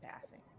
passing